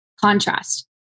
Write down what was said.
contrast